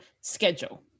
schedule